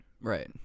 right